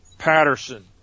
Patterson